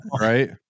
right